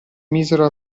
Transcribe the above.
misero